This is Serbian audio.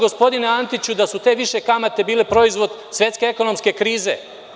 Gospodine Antiću, zar nije tačno da su te kamate bile proizvod svetske ekonomske krize?